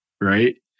Right